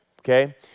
okay